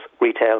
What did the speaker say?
retail